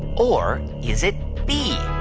or is it b,